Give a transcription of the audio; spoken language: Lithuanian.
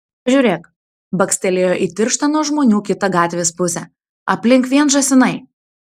pažiūrėk bakstelėjo į tirštą nuo žmonių kitą gatvės pusę aplink vien žąsinai